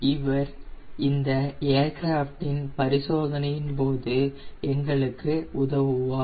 இவர் இந்த ஏர்கிராப்டின் பரிசோதனையின் போது எங்களுக்கு உதவுவார்